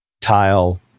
tile